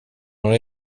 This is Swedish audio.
några